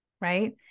right